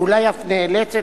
ואולי אף נאלצת,